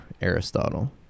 Aristotle